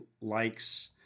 likes